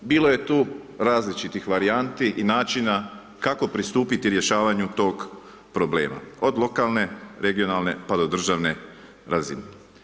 Bilo je tu različitih varijanti i načina kako pristupiti rješavanju tog problema, od lokalne, regionalne pa do državne razine.